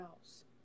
house